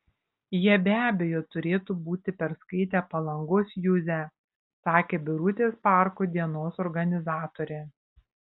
jie be abejo turėtų būti perskaitę palangos juzę sakė birutės parko dienos organizatorė